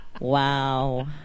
Wow